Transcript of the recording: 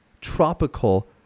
tropical